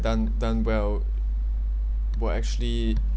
done done well will actually